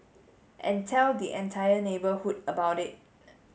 and tell the entire neighbourhood about it